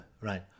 right